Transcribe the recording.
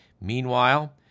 Meanwhile